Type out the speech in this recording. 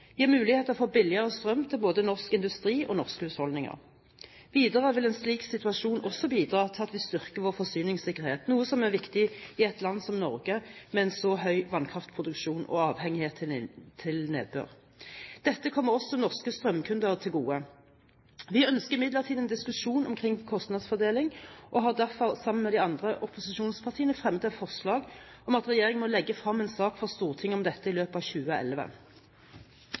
gir muligheter for billigere strøm til både norsk industri og norske husholdninger. Videre vil en slik situasjon også bidra til at vi styrker vår forsyningssikkerhet, noe som er viktig i et land som Norge med en så høy vannkraftproduksjon og avhengighet av nedbør. Dette kommer også norske strømkunder til gode. Vi ønsker imidlertid en diskusjon omkring kostnadsfordelingen og har derfor – sammen med de andre opposisjonspartiene – fremmet et forslag om at regjeringen må legge frem en sak for Stortinget om dette i løpet av 2011.